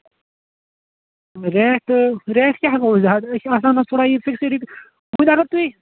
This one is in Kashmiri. ریٹہٕ ریٹ کیٛاہ گوٚوٕ زیادٕ أسۍ چھِ آسان یہِ اَتھ تھوڑا فِکسٕڈے وۄنۍ اَگر تُہۍ